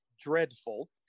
Dreadful